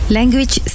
Language